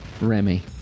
Remy